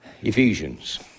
Ephesians